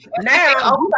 now